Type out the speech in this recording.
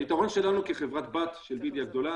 היתרון שלנו כחברת בת של DB הגדולה,